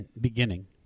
beginning